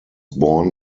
born